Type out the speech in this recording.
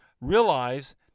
realize